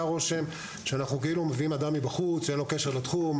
שאנחנו מביאים אדם מבחוץ שאין לו קשר לתחום,